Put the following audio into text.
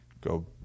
go